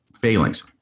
failings